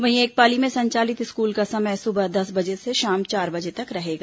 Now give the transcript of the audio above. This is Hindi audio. वहीं एक पाली में संचालित स्कूल का समय सुबह दस बजे से शाम चार बजे तक रहेगा